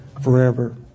forever